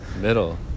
Middle